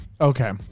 Okay